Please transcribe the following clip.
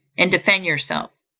and defend yourself.